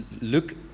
look